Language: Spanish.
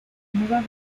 nueva